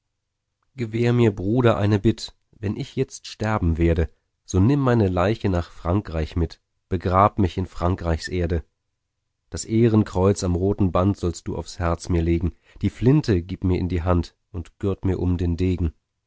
gewahr mir bruder eine bitt wenn ich jetzt sterben werde so nimm meine leiche nach frankreich mit begrab mich in frankreichs erde das ehrenkreuz am roten band sollst du aufs herz mir legen die flinte gib mir in die hand und gürt mir um den degen